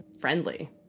friendly